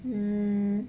um